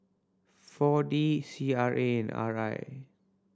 Four D C R A and R I